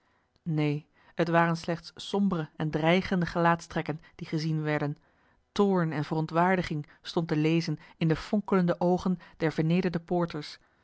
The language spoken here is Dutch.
neen t waren slechts sombere en dreigende gelaatstrekken die gezien werden toorn en verontwaardiging stond te lezen in de fonkelende oogen der vernederde poorters